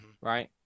right